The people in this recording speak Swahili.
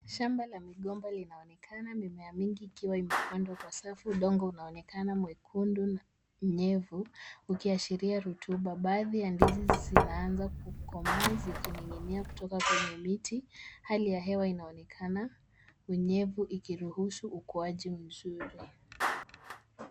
Shamba la migomba linaonekana mimea mingi ikiwa imepandwa kwa safu. Udongo unaonekana mwekundu na nyevu, ukiashiria rutuba. Baadhi ya ndizi zinaanza kukomaa zikining'inia kutoka kwenye miti. Hali ya hewa inaonekana unyevu ikiruhusu ukuaji mzuri.